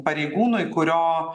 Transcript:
pareigūnui kurio